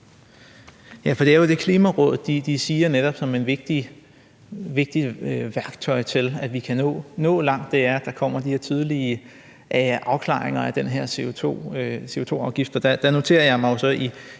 det er jo netop det, Klimarådet siger er et vigtigt værktøj til, at vi kan nå langt, altså at der kommer de her tidlige afklaringer af den her CO2-afgift. Og der noterer jeg mig jo